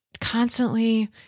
constantly